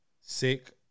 Sick